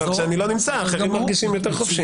אבל כשאני לא נמצא, אנשים מרגישים יותר חופשי.